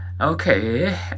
Okay